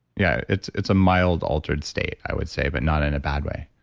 yeah, it's it's a mild altered state, i would say, but not in a bad way.